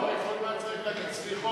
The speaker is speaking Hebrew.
לא היה צריך להגיד סליחות.